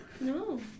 no